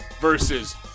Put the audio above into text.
versus